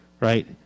Right